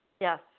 Yes